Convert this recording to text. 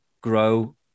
grow